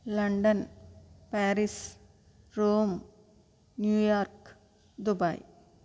London Paris Rome New York Dubai